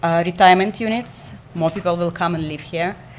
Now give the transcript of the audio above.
um retirement units, more people will come and live here.